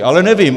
Ale nevím.